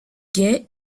gai